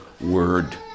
word